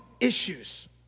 issues